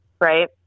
right